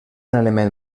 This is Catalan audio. element